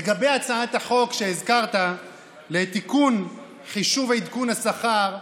לגבי הצעת החוק שהזכרת לתיקון חישוב עדכון השכר,